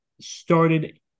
started